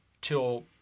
till